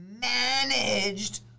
managed